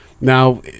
Now